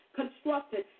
constructed